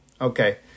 Okay